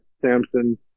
Samson